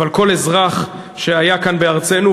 אבל כל אזרח שהיה כאן בארצנו,